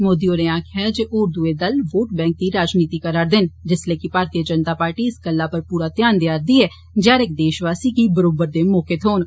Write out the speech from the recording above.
मोदी होरें आक्खेआ होर दुए दल वोट बैंक दी राजनीति करा'रदे न जिस्सलै कि भारतीय जनता पार्टी इस्स गल्ला पर पूरा ध्यान देआर'दी ऐ जे हर इक देशवासी गी बरोबर दे मौके थ्हौन